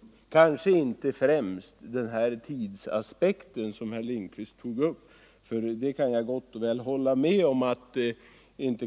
Det gäller kanske inte främst tidsaspekten, som herr Lindkvist tog upp. Jag kan hålla med om att den inte